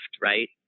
right